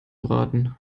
braten